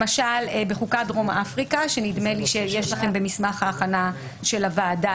למשל בחוקה הדרום אפריקאית שנדמה לי שיש לכם במסמך ההכנה של הוועדה